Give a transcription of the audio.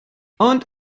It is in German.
und